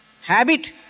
Habit